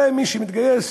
הרי מי שמתגייס,